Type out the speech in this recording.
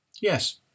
Yes